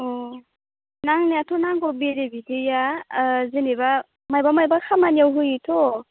अ नांनायाथ' नांगौ बेरे बिदैया जेनेबा माबा माबा खामानियाव होयोथ'